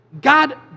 God